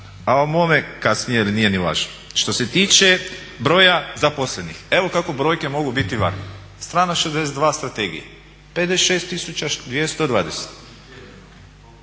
a o mome kasnije ili nije ni važno. Što se tiče broja zaposlenih, evo kako brojke mogu biti varljive. Strana 62 strategije, 56220.